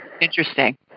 Interesting